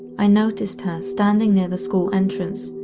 i noticed her standing near the school entrance,